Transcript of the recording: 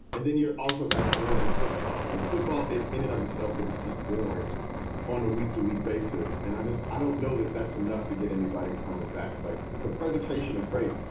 and then you've also got boring football like football in in and of itself that is just boring on a week to week basis. and i just i don't know that that's enough to get anybody coming back. but the presentation is great,